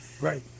Right